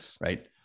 right